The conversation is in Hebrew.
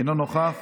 אינו נוכח.